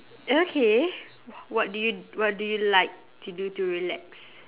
okay what do you what do you like to do to relax